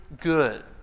good